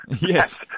Yes